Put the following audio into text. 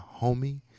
homie